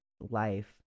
life